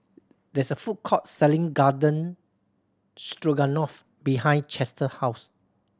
there is a food court selling Garden Stroganoff behind Chester house